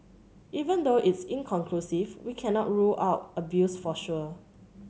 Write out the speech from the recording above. even though it's inconclusive we cannot rule out abuse for sure